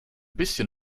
bisschen